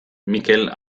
mikel